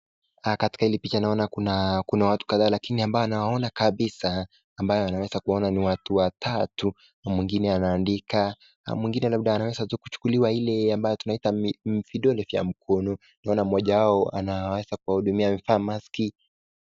Katika hili picha kuna watu kadhaa lakini ambao ninawaona kabisa, ninaweza kuwaona Ni watu watatu, mwengine anaandika , mwengine labda anaweza kuchukuliwa Ile tunaweza kuita vidole vya mkono tunaona mmoja wao anaweza kuwa hudumia amevaa maski.